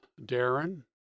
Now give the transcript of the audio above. Darren